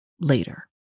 later